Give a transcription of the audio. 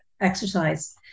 exercise